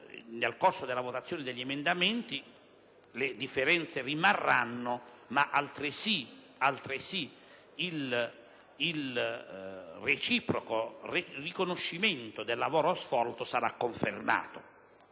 nel corso della votazione degli emendamenti le differenze rimarranno, ma altresì il reciproco riconoscimento del lavoro svolto sarà confermato.